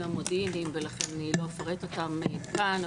המודיעיניים ולכן אני לא אפרט אותם כאן,